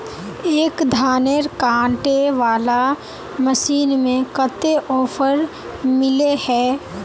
एक धानेर कांटे वाला मशीन में कते ऑफर मिले है?